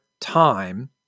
time